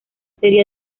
sería